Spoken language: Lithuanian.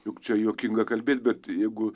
juk čia juokinga kalbėt bet jeigu